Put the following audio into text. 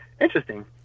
interesting